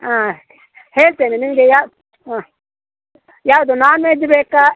ಹಾಂ ಹೇಳ್ತೇವೆ ನಿಮಗೆ ಯಾವ ಹಾಂ ಯಾವುದು ನಾನ್ ವೆಜ್ ಬೇಕಾ